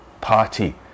party